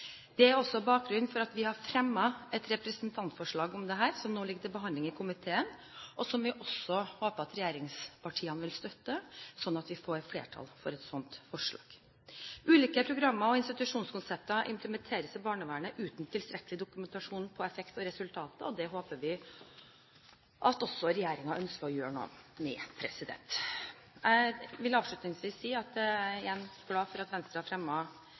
Det er også bakgrunnen for at vi har fremmet et representantforslag om dette, som nå ligger til behandling i komiteen, og som vi håper at regjeringspartiene vil støtte, slik at vi får flertall for et slikt forslag. Ulike programmer og institusjonskonsepter implementeres i barnevernet uten tilstrekkelig dokumentasjon på effekt og resultater. Det håper vi også at regjeringen ønsker å gjøre noe med. Jeg vil avslutningsvis igjen si at jeg er glad for at Venstre har fremmet forslaget. Det